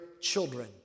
children